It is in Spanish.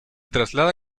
traslada